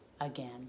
again